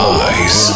eyes